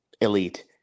elite